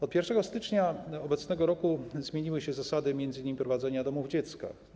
Od 1 stycznia obecnego roku zmieniły się zasady m.in. prowadzenia domów dziecka.